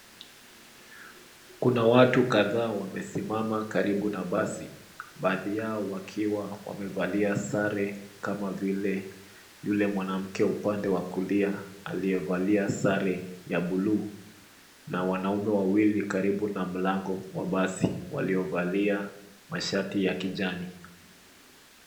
Kuna watu kadhaa wamesimama karibu na basi baadhi yao wakiwa wamevalia sare kama vile yule mwanamke wa upande wa kulia aliyevalia sare ya buluu na wanaume wawili karibu na mlango wa basi waliovalia mashati ya kijani.